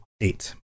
eight